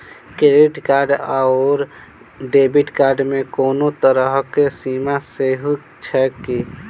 Credit card आओर debit card मे कोनो तरहक सीमा सेहो छैक की?